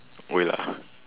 oh ya lah